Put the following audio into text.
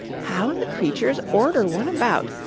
how the creatures order one about,